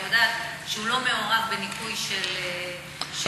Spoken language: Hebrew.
אני יודעת שהוא לא מעורב בניקוי של אדמות,